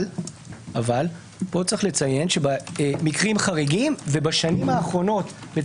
אבל פה צריך לציין שבמקרים חריגים ובשנים האחרונות אפילו